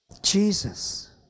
Jesus